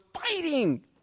fighting